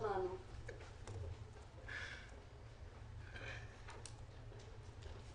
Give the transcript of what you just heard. תמיכות ישירות מול הורדת מכסים.